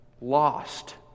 lost